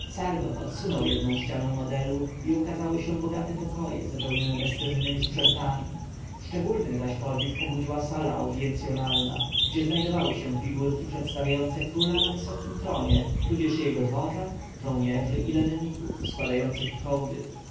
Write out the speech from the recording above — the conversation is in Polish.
sargon odsunął jedną ścianę modelu i ukazały się bogate pokoje zapełnione bezcennemi sprzętami szczególny zaś podziw obudziła sala audjencjonalna gdzie znajdowały się figurki przedstawiające króla na wysokim tronie tudzież jego dworzan żołnierzy i lenników składających hołdy